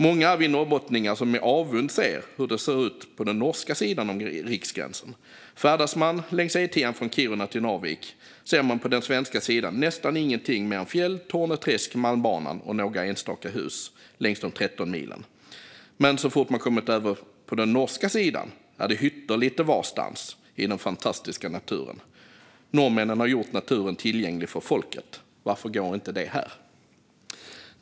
Många är vi norrbottningar som med avund ser hur det ser ut på den norska sidan om riksgränsen. Färdas man längs E10:an från Kiruna till Narvik ser man på den svenska sidan nästan ingenting mer än fjäll, Torne träsk, Malmbanan och några enstaka hus längs de 13 milen. Men så fort man har kommit över på den norska sidan är det hytter lite varstans i den fantastiska naturen. Norrmännen har gjort naturen tillgänglig för folket. Varför går inte det här?